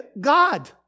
God